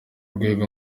rwego